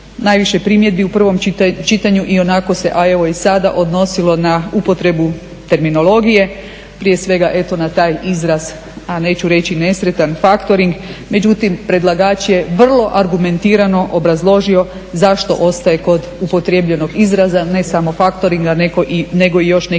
Najviše primjedbi u prvom čitanju ionako se, a evo i sada odnosilo na upotrebu terminologije, prije svega eto na taj izraz neću reći nesretan faktoring, međutim predlagač je vrlo argumentirano obrazložio zašto ostaje kod upotrjebljenog izraza, ne samo faktoringa nego i još nekih drugih